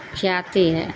کھلاتی ہے